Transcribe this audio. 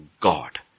God